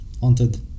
haunted